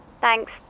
Thanks